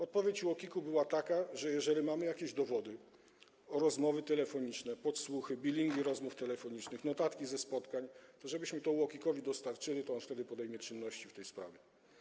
Odpowiedź UOKiK-u była taka, że jeżeli mamy jakieś dowody, rozmowy telefoniczne, podsłuchy, bilingi rozmów telefonicznych, notatki ze spotkań, to żebyśmy to UOKiK-owi dostarczyli, to on wtedy podejmie czynności w tej sprawie.